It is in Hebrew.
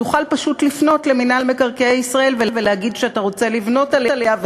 תוכל פשוט לפנות למינהל מקרקעי ישראל ולהגיד שאתה רוצה לבנות עליה,